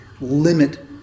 limit